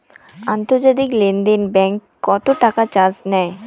আন্তর্জাতিক লেনদেনে ব্যাংক কত টাকা চার্জ নেয়?